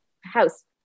house